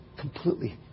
completely